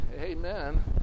Amen